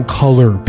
color